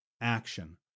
action